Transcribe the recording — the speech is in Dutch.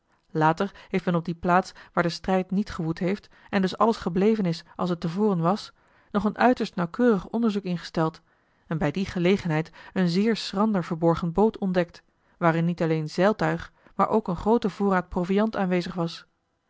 heeft men op die plaats waar de strijd niet gewoed heeft en dus alles gebleven is als het te voren was nog een uiterst nauwkeurig onderzoek ingesteld en bij die gelegenheid een zeer schrander verborgen boot ontdekt waarin niet alleen zeiltuig maar ook een groote voorraad proviand aanwezig was